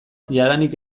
jadanik